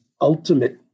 ultimate